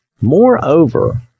Moreover